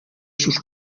sus